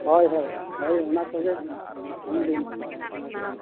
ᱦᱳᱭ ᱦᱳᱭ ᱦᱳᱭ ᱚᱱᱟ ᱠᱚᱜᱮ ᱮᱢᱵᱤᱱ ᱚᱱᱟ ᱠᱚᱜᱮ